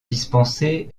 dispensé